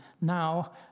now